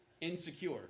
insecure